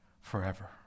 forever